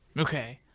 okay.